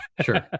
Sure